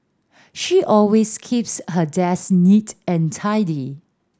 she always keeps her desk neat and tidy